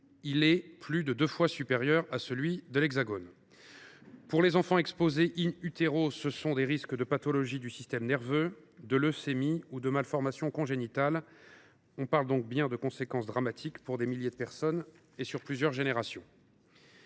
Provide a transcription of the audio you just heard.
y est plus de deux fois supérieur à celui que connaît l’Hexagone. Les enfants exposés au chlordécone sont exposés à des risques de pathologies du système nerveux, de leucémies et de malformations congénitales. On parle donc bien de conséquences dramatiques pour des milliers de personnes, sur plusieurs générations.